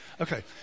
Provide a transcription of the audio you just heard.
Okay